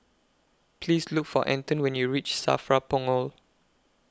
Please Look For Anton when YOU REACH SAFRA Punggol